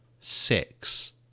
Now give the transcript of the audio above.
six